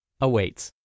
awaits